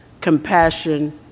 compassion